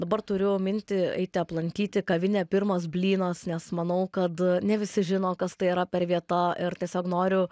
dabar turiu mintį eiti aplankyti kavinę pirmas blynas nes manau kad ne visi žino kas tai yra per vieta ir tiesiog noriu